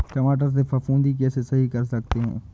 टमाटर से फफूंदी कैसे सही कर सकते हैं?